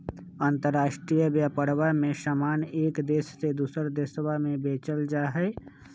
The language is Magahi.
अंतराष्ट्रीय व्यापरवा में समान एक देश से दूसरा देशवा में बेचल जाहई